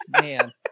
man